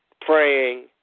praying